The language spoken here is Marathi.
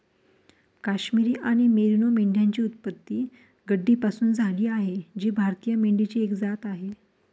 काश्मिरी आणि मेरिनो मेंढ्यांची उत्पत्ती गड्डीपासून झाली आहे जी भारतीय मेंढीची एक जात आहे